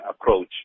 approach